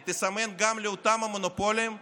היא גם תסמן לאותם המונופולים שהממשלה,